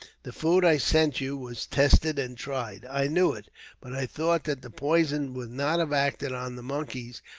the food i sent you was tested and tried. i knew it but i thought that the poison would not have acted on the monkeys,